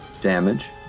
damage